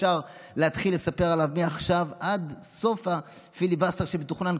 אפשר להתחיל לספר עליו מעכשיו עד סוף הפיליבסטר שמתוכנן,